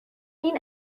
این